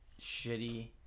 shitty